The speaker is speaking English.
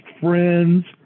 friends